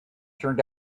turned